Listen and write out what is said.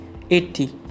80